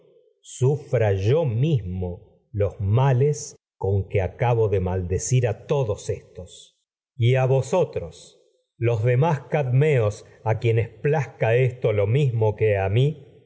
sufra yo que mismo los males con acabo de maldecir a todos éstos y a vosotros los a demás cadmeos quienes plazca en esto lo mismo que a mi